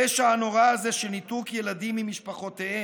הפשע הנורא הזה של ניתוק ילדים ממשפחותיהם